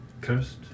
Cursed